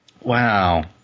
Wow